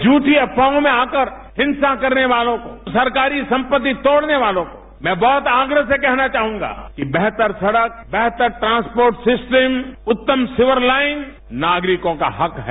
झूठी अफवाहों में आकर हिंसा करने वालों सरकारी संपत्ति तोड़ने वालों को मैं बहुत आग्रह से कहना चाहूंगा कि बेहतर सड़क बेहतर ट्रांसपोर्ट सिस्टम उत्तम सीवर लाइन नागरिकों का हक है